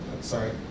Sorry